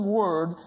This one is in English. word